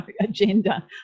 agenda